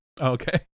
Okay